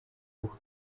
pour